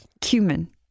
cumin